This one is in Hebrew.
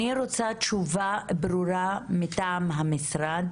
אני רוצה תשובה ברורה מטעם המשרד,